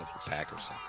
Packers